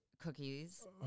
cookies